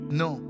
no